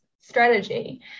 strategy